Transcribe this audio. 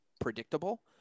predictable